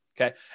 Okay